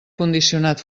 condicionat